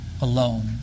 alone